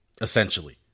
essentially